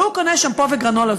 הוא קונה שמפו וגרנולה,